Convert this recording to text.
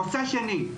נושא שני,